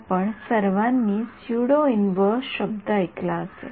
आपण सर्वानी pseudo inverse शब्द ऐकला असेल